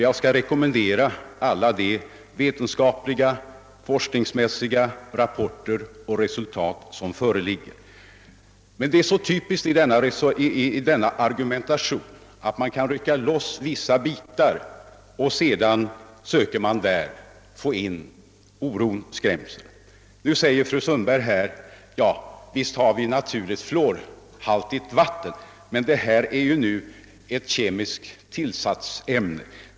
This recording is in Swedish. Jag vill rekommendera alla de vetenskapliga och forskningsmässiga rapporter och resultat som föreligger. Men det är typiskt för denna argumentation, att man rycker loss vissa bitar för att söka skapa oro och skrämsel. Fru Sundberg säger, att visst har vi naturligt fluorhaltigt vatten, men detta är ett kemiskt tillsatsämne.